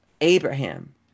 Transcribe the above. Abraham